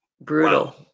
brutal